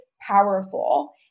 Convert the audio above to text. powerful